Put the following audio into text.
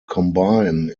combine